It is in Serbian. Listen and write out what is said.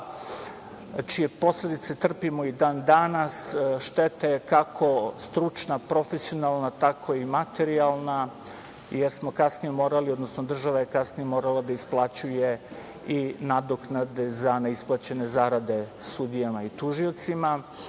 čije posledice trpimo i dan danas. Šteta je kako stručna, profesionalna, tako i materijalna, jer smo kasnije morali, odnosno država je kasnije morala da isplaćuje i nadoknade za neisplaćene zarade sudijama i tužiocima. Zaista